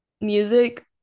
music